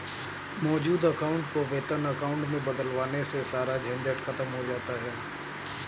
मौजूद अकाउंट को वेतन अकाउंट में बदलवाने से सारा झंझट खत्म हो जाता है